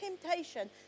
temptation